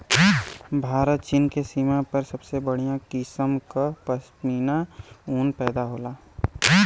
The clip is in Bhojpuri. भारत चीन के सीमा पर सबसे बढ़िया किसम क पश्मीना ऊन पैदा होला